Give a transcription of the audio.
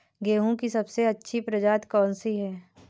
गेहूँ की सबसे अच्छी प्रजाति कौन सी है?